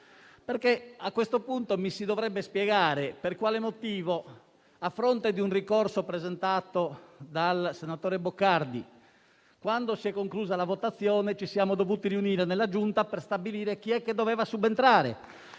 A questo punto mi si dovrebbe spiegare per quale motivo, a fronte di un ricorso presentato dal senatore Boccardi, quando si è conclusa la votazione ci siamo dovuti riunire nella Giunta per stabilire chi è che doveva subentrare.